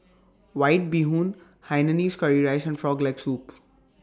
White Bee Hoon Hainanese Curry Rice and Frog Leg Soup